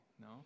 No